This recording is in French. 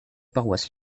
paroisse